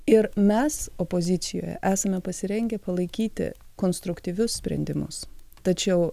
ir mes opozicijoje esame pasirengę palaikyti konstruktyvius sprendimus tačiau